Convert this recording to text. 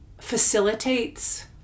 facilitates